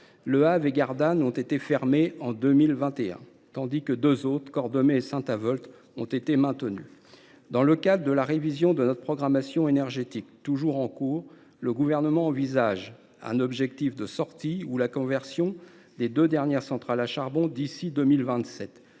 Le Havre et Gardanne, ont été fermées en 2021, tandis que deux autres, Cordemais et Saint Avold, étaient maintenues. Dans le cadre de la révision de notre programmation énergétique, qui est toujours en cours, le Gouvernement envisage un objectif de sortie ou de conversion des deux dernières centrales à charbon d’ici à 2027,